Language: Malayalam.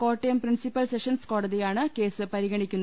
കോട്ടയം പ്രിൻസിപ്പൽ സെഷൻസ് കോടതിയാണ് കേസ് പരി ഗണിക്കുന്നത്